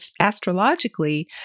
astrologically